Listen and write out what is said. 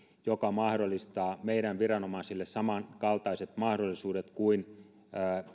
joka mahdollistaa meidän viranomaisillemme samankaltaiset mahdollisuudet kuin